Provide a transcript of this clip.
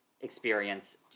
experience